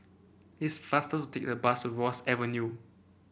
it's faster to take the bus of Ross Avenue